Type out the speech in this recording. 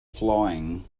flying